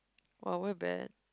!wow! we're bad